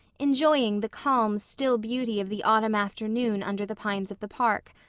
enjoying the calm, still beauty of the autumn afternoon under the pines of the park,